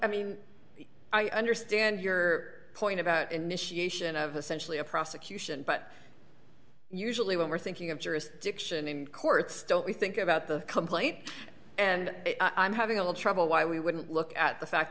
i mean i understand your point about initiation of essentially a prosecution but usually when we're thinking of jurisdiction in court still we think about the complaint and i'm having a little trouble why we wouldn't look at the fact